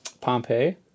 Pompeii